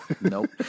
Nope